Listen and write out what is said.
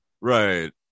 Right